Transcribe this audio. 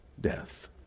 death